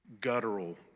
guttural